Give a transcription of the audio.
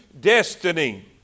destiny